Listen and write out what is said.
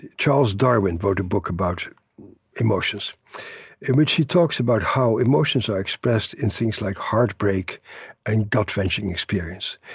charles darwin wrote a book about emotions in which he talks about how emotions are expressed in things like heartbreak and gut-wrenching experience.